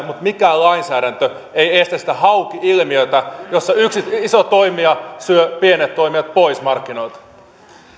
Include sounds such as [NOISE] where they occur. [UNINTELLIGIBLE] mutta mikään lainsäädäntö ei estä sitä hauki ilmiötä jossa yksi iso toimija syö pienet toimijat pois markkinoilta